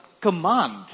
command